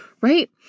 right